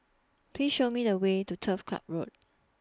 Please Show Me The Way to Turf Club Road